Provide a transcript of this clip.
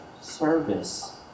service